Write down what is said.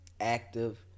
active